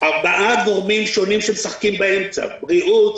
ארבעה גורמים שונים שמשחקים באמצע: בריאות,